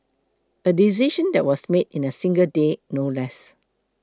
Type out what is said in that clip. a decision that was made in a single day no less